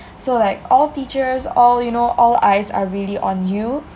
so like all teachers all you know all eyes are really on you